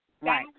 right